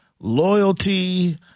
loyalty